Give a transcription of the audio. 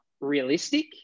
realistic